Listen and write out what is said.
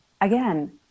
again